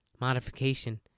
modification